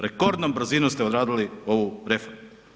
Rekordnom brzinom ste odradili ovu reformu.